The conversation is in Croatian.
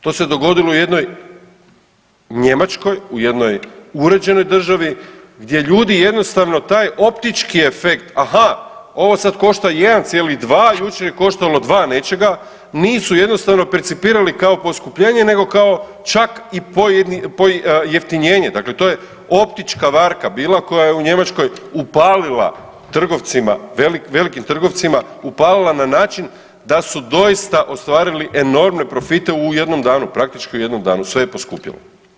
To se dogodilo u jednoj Njemačkoj, u jednoj uređenoj državi gdje ljudi jednostavno taj optički efekt aha ovo sad košta 1,2 jučer je koštalo 2 nečega, nisu jednostavno percipirali kao poskupljenje nego kao čak i pojeftinjenje, dakle to je optička varka bila koja je u Njemačkoj upalila trgovcima velik, velikim trgovcima upalila na način da su doista ostvarili enormne profite u jednom danu, praktički u jednom danu sve je poskupilo.